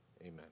amen